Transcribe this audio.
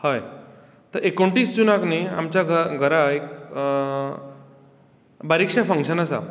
हय तर एकोणतीस जुनाक न्ही आमच्या घरांत एक बारीकशें फंक्शन आसा